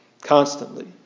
constantly